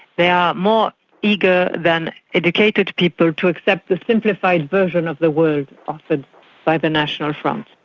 they are more eager than educated people to accept the simplified version of the world offered by the national front.